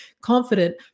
confident